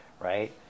right